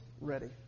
ready